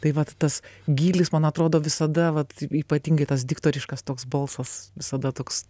tai vat tas gylis man atrodo visada vat ypatingai tas diktoriškas toks balsas visada toks